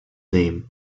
name